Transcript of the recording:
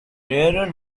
rarer